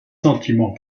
sentiments